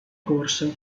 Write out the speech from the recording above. corso